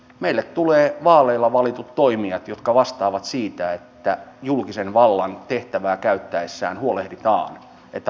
meille tulee vaaleilla valitut toimijat jotka vastaavat siitä että julkisen vallan tehtävää käytettäessä huolehditaan että palvelut on saatavilla